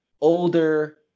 older